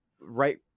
right